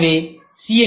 எனவே சி